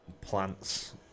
plants